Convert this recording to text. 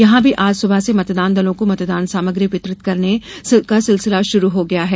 यहां भी आज सुबह से मतदान दलों को मतदान सामग्री वितरित करने सिलसिला शुरू हो गया है